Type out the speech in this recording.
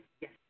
yes